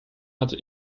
hat